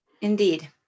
Indeed